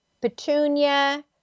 Petunia